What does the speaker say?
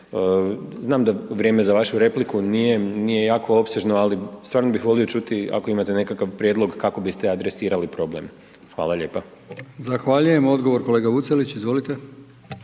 Znam da vrijeme za vašu repliku nije jako opsežno ali stvarno bih volio čuti ako imate nekakav prijedlog kako biste adresirali problem. Hvala lijepa. **Brkić, Milijan (HDZ)** Zahvaljujem. Odgovor kolega Vucelić, izvolite.